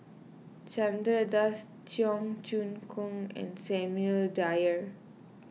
Chandra Das Cheong Choong Kong and Samuel Dyer